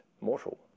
Mortal